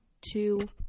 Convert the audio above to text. two